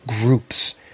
groups